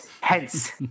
Hence